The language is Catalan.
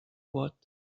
vot